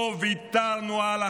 לא ויתרנו על החטופים,